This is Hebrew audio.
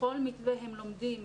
בכל מתווה הם לומדים.